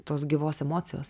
tos gyvos emocijos